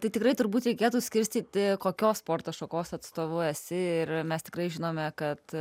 tai tikrai turbūt reikėtų skirstyti kokios sporto šakos atstovų esi ir mes tikrai žinome kad